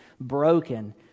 broken